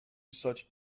such